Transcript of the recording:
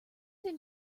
than